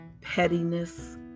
pettiness